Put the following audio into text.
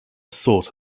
sought